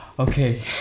Okay